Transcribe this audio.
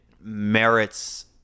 merits